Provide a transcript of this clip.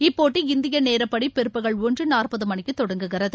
இப்போட்டி இந்திய நேரப்படி பிற்பகல் ஒன்று நாற்பது மணிக்கு தொடங்குகிறது